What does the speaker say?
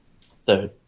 Third